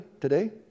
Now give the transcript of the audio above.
today